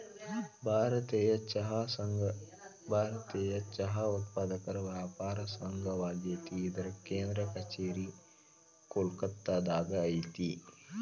ಭಾರತೇಯ ಚಹಾ ಸಂಘ ಭಾರತೇಯ ಚಹಾ ಉತ್ಪಾದಕರ ವ್ಯಾಪಾರ ಸಂಘವಾಗೇತಿ ಇದರ ಕೇಂದ್ರ ಕಛೇರಿ ಕೋಲ್ಕತ್ತಾದಾಗ ಐತಿ